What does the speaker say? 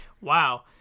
Wow